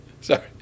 Sorry